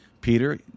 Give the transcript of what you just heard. Peter